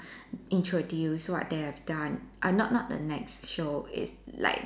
introduce what they have done uh not not the next show it's like